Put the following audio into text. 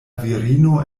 virino